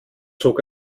zog